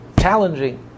challenging